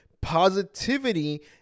positivity